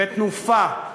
בתנופה,